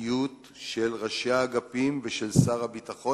עתיות של ראשי האגפים ושל שר הביטחון,